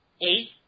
Eight